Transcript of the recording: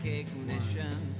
ignition